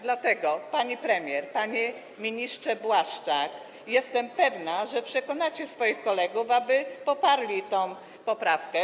Dlatego, pani premier, panie ministrze Błaszczak, jestem pewna, że przekonacie swoich kolegów, aby poparli tę poprawkę.